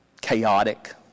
chaotic